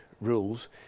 rules